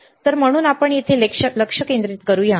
तर म्हणून आपण येथे लक्ष केंद्रित करूया